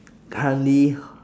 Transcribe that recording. currently